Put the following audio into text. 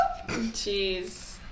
jeez